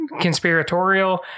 conspiratorial